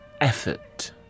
effort